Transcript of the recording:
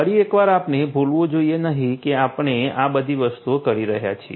ફરી એકવાર આપણે ભૂલવું જોઈએ નહીં કે આપણે આ બધી વસ્તુઓ કરી રહ્યા છીએ